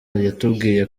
yatubwiye